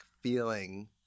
feeling